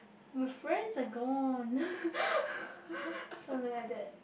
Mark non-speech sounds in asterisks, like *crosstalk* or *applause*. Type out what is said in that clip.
my friends are gone *laughs* something like that